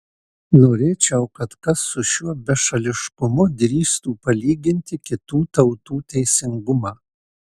norėčiau kad kas su šiuo bešališkumu drįstų palyginti kitų tautų teisingumą